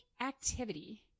activity